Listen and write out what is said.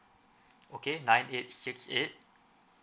okay nine eight six eight